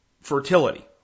fertility